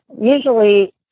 usually